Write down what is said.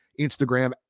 Instagram